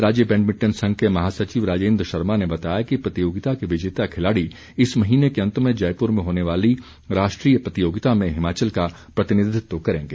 राज्य बैडमिंटन संघ के महासचिव राजेन्द्र शर्मा ने बताया कि प्रतियोगिता के विजेता खिलाड़ी इस महीने के अंत में जयपुर में होने वाली राष्ट्रीय प्रतियोगिता में हिमाचल का प्रतिनिधित्व करेंगे